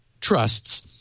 trusts